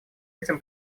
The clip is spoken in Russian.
этим